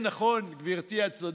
כן, נכון, גברתי, את צודקת.